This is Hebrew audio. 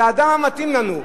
אתה האדם המתאים לנו.